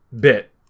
bit